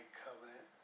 covenant